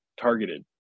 targeted